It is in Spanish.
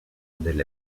del